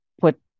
put